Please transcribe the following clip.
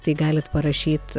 tai galit parašyt